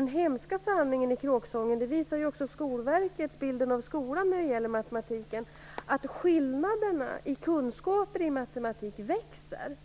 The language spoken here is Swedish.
Den hemska sanningen som också visas av Skolverket är att skillnaderna i kunskaperna i matematik växer